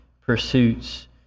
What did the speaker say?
pursuits